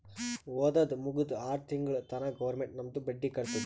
ಓದದ್ ಮುಗ್ದು ಆರ್ ತಿಂಗುಳ ತನಾ ಗೌರ್ಮೆಂಟ್ ನಮ್ದು ಬಡ್ಡಿ ಕಟ್ಟತ್ತುದ್